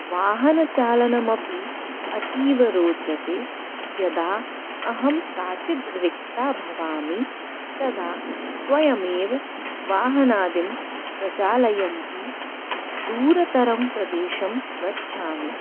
वाहनचालनमपि अतीव रोचते यदा अहं काचित् रिक्ता भवामि तदा स्वयमेव वाहनादिं प्रचालयन्ती दूरतरं प्रदेशं गच्छामि